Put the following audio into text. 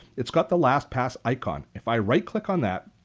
it's got the lastpass icon. if i right-click on that,